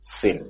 Sin